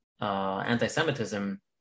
anti-Semitism